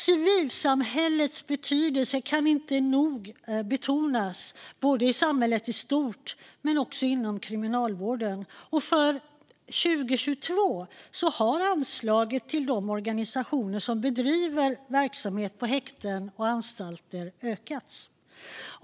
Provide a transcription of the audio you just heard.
Civilsamhällets betydelse kan inte nog betonas både i samhället i stort och inom kriminalvården. För 2022 har anslaget till de organisationer som bedriver verksamhet på häkten och anstalter ökats.